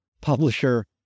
publisher